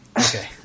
Okay